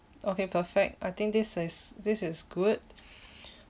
okay perfect I think this is this is good